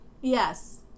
Yes